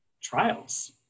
trials